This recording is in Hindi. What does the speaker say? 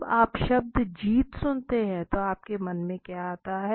जब आप शब्द जीत सुनते हैं तो आपके मन में क्या आता है